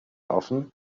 often